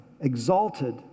exalted